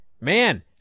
man